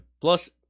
Plus